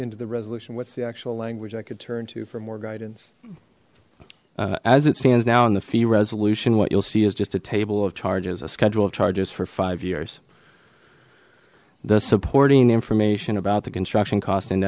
into the resolution what's the actual language i could turn to for more guidance as it stands now in the fee resolution what you'll see is just a table of charges a schedule of charges for five years the supporting information about the construction cost